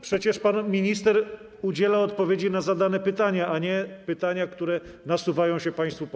Przecież pan minister udziela odpowiedzi na zadane pytania, a nie pytania, które nasuwają się państwu posłom.